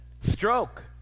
Stroke